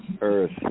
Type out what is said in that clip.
Earth